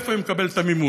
מאיפה היא מקבלת את המימון.